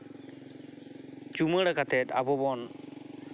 ᱪᱩᱢᱟᱹᱲᱟ ᱠᱟᱛᱮ ᱟᱵᱚ ᱵᱚᱱ